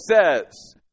says